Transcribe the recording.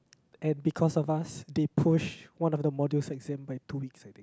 and because of us they pushed one of the modules exam by two weeks i think